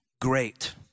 great